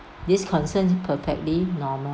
these concerns perfectly normal